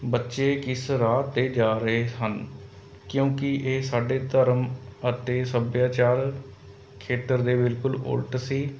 ਬੱਚੇ ਕਿਸ ਰਾਹ 'ਤੇ ਜਾ ਰਹੇ ਹਨ ਕਿਉਂਕਿ ਇਹ ਸਾਡੇ ਧਰਮ ਅਤੇ ਸੱਭਿਆਚਾਰ ਖੇਤਰ ਦੇ ਬਿਲਕੁਲ ਉਲਟ ਸੀ